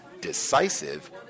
decisive